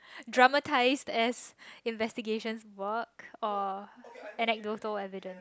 dramatised as investigation work or anecdotal evidence